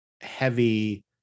heavy